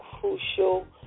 crucial